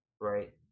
right